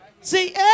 see